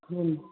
ਹਾਂਜੀ